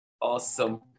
Awesome